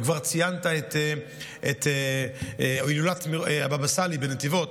וכבר ציינת היטב את הילולת הבאבא סאלי בנתיבות.